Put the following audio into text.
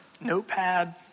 notepad